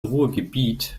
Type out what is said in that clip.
ruhrgebiet